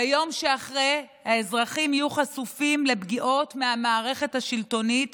ביום שאחרי האזרחים יהיו חשופים לפגיעות מהמערכת השלטונית,